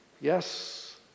Yes